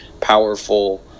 powerful